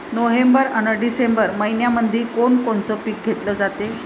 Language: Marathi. नोव्हेंबर अन डिसेंबर मइन्यामंधी कोण कोनचं पीक घेतलं जाते?